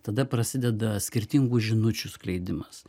tada prasideda skirtingų žinučių skleidimas